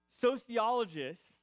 sociologists